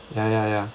ya ya ya